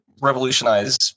revolutionize